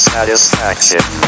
Satisfaction